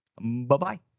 Bye-bye